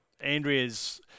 Andrea's